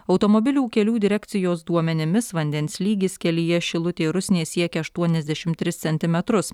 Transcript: automobilių kelių direkcijos duomenimis vandens lygis kelyje šilutė rusnė siekia aštuoniasdešimt tris centimetrus